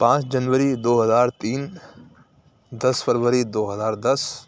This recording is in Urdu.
پانج جنوری دو ہزار تین دس فروری دو ہزار دس